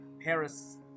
Paris